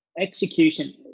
execution